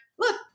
look